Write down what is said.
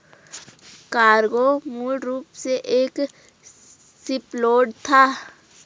cargo मूल रूप से एक शिपलोड था